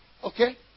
Okay